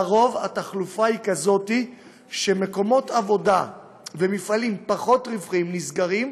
לרוב התחלופה היא כזאת שמקומות עבודה ומפעלים פחות רווחיים נסגרים,